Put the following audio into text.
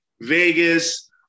Vegas